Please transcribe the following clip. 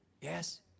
Yes